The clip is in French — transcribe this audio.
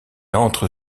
entre